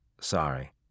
Sorry